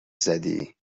زدی